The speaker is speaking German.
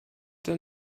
der